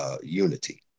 unity